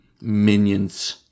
Minions